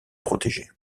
protéger